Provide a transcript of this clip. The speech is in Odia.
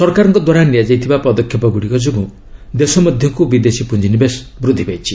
ସରକାରଙ୍କ ଦ୍ୱାରା ନିଆଯାଇଥିବା ପଦକ୍ଷେପ ଗୁଡ଼ିକ ଯୋଗୁଁ ଦେଶ ମଧ୍ୟକୁ ବିଦେଶୀ ପୁଞ୍ଜିନିବେଶ ବୃଦ୍ଧି ପାଇଛି